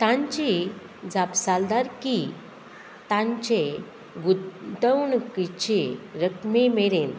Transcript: तांची जापसालदारकी तांचे गुंतवणुकीचे रक्कमे मेरेन